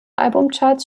albumcharts